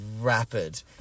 rapid